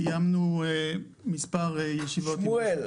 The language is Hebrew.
קיימנו מספר ישיבות עם רשות הגז --- שמואל,